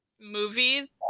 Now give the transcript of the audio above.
movie